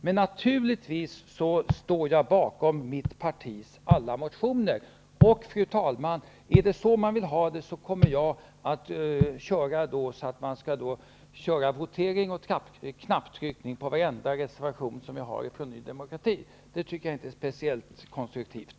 Men naturligtvis står jag bakom mitt partis alla motioner. Är det så man vill ha det, fru talman, kommer jag att begära votering och knapptryckning på varenda reservation som Ny demokrati har gjort. Det tycker jag inte är speciellt konstruktivt.